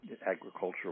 agricultural